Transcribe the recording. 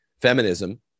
feminism